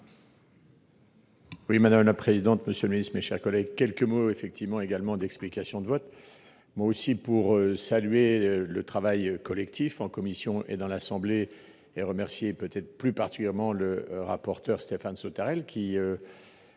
Oui madame la présidente. Monsieur le Ministre, mes chers collègues, quelques mots effectivement également d'explication de vote moi aussi pour saluer le travail collectif en commission et dans l'assemblée et remercié peut-être plus particulièrement le rapporteur Stéphane Sautarel qui.